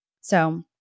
So-